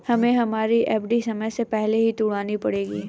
हमें हमारी एफ.डी समय से पहले ही तुड़वानी पड़ेगी